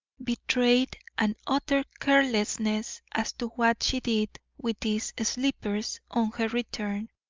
betrayed an utter carelessness as to what she did with these slippers on her return,